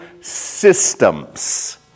systems